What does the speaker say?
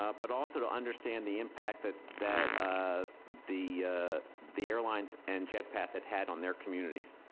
ah but also to understand the impact that that ah the the airlines and jet path had had on their communities.